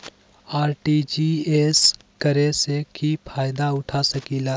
RTGS करे से की फायदा उठा सकीला?